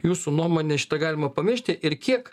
jūsų nuomone šitą galima pamiršti ir kiek